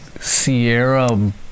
Sierra